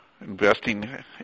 investing